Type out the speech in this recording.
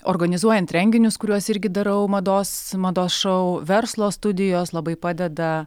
organizuojant renginius kuriuos irgi darau mados mados šou verslo studijos labai padeda